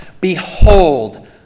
behold